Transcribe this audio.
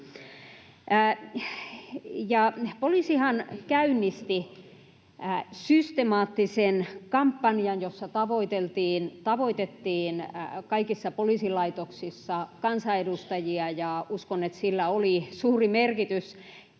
Poliisihan käynnisti systemaattisen kampanjan, jossa tavoitettiin kaikissa poliisilaitoksissa kansanedustajia, ja uskon, että sillä oli suuri merkitys